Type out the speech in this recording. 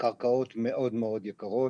הקרקעות מאוד יקרות